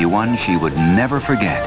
be one she would never forget